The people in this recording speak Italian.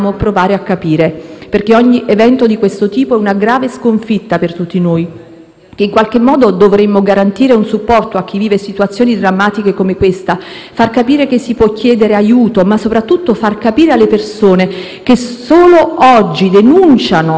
che in qualche modo dovremmo garantire un supporto a chi vive situazioni drammatiche come questa, far capire che si può chiedere aiuto, ma soprattutto far capire alle persone che solo oggi denunciano i maltrattamenti subiti da quei bambini,